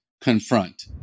confront